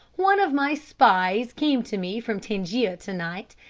one of my spies came to me from tangier to-night,